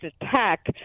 attack